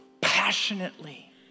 Passionately